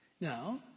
Now